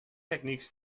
techniques